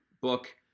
book